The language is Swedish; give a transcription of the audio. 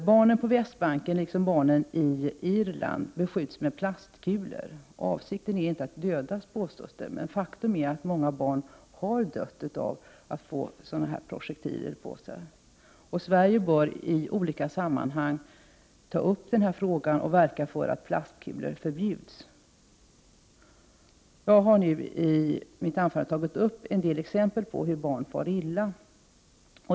Barnen på Västbanken liksom barn i Irland beskjuts med plastkulor. Avsikten är inte att döda, påstås det, men faktum är att många barn har dött av sådana projektiler. Sverige bör i olika sammanhang ta upp den frågan och verka för att plastkulor förbjuds. Jag har nu i mitt anförande givit några exempel på hur barn far illa.